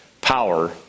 power